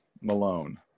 Malone